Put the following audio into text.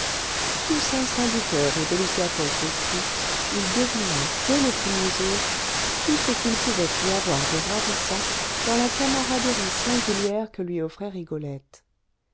fût-ce instinct du coeur ou délicatesse d'esprit il devina dès le premier jour tout ce qu'il pouvait y avoir de ravissant dans la camaraderie singulière que lui offrait rigolette